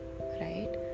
right